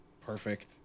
perfect